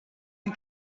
you